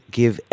give